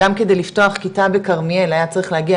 גם כדי לפתוח כיתה בכרמיאל היה צריך להגיע